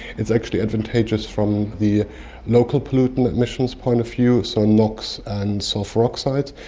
it's actually advantageous from the local pollutant emissions point of view, so nox and sulphur oxides,